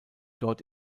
dort